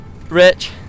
Rich